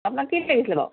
আপোনাক কি কি লাগিছিলে বাৰু